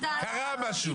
משהו.